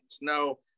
No